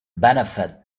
benefit